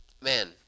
man